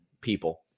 people